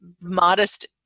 modest